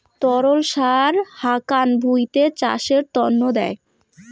তরল সার হাকান ভুঁইতে চাষের তন্ন দেয়